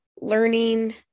learning